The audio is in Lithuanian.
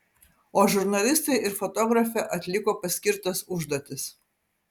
o žurnalistai ir fotografė atliko paskirtas užduotis